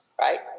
right